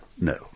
No